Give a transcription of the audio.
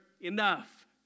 enough